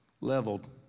leveled